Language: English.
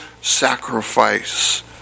sacrifice